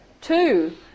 Two